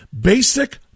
Basic